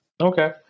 Okay